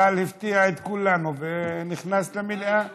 אבל הוא הפתיע את כולנו ונכנס למליאה